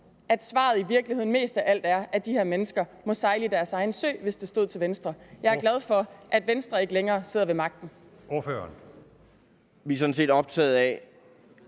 at svaret i virkeligheden mest af alt er, at de mennesker må sejle deres egen sø, hvis det stod til Venstre. Jeg er glad for, at Venstre ikke længere sidder ved magten. Kl. 09:48 Første næstformand